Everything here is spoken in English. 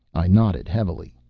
i nodded heavily.